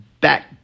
back